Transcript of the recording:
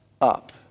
up